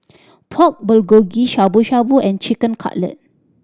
Pork Bulgogi Shabu Shabu and Chicken Cutlet